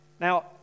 Now